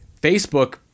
Facebook